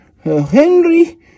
Henry